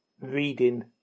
reading